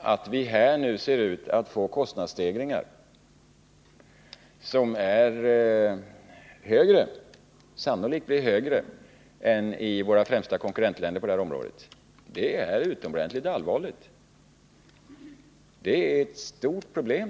att vi nu ser ut att få kostnadsstegringar, som sannolikt blir högre än i våra främsta konkurrentländer på detta område, är utomordentligt allvarligt. Det är ett stort problem.